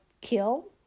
kill